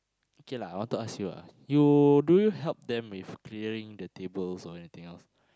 okay lah I want to ask you ah you do you help them with clearing the tables or anything else